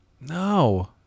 No